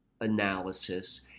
analysis